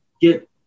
get